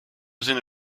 sinne